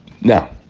Now